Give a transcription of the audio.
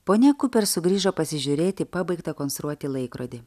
ponia kuper sugrįžo pasižiūrėt į pabaigtą konstruoti laikrodį